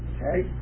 Okay